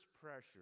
pressure